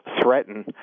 threaten